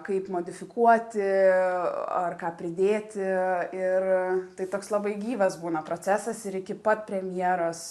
kaip modifikuoti ar ką pridėti ir tai toks labai gyvas būna procesas ir iki pat premjeros